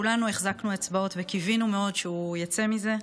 כולנו החזקנו אצבעות וקיווינו מאוד שהוא יצא מזה.